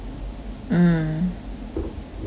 mm ya